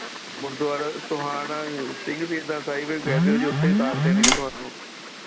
ਗੁਰਦੁਆਰਾ ਸੋਹਾਣਾ ਸਿੰਘ ਸ਼ਹੀਦਾਂ ਸਾਹਿਬ ਹੀ ਕਹਿ ਦਿਉ ਜੀ ਉੱਥੇ ਹੀ ਉਤਾਰ ਦੇਣਗੇ ਤੁਹਾਨੂੰ